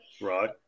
Right